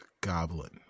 goblin